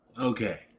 Okay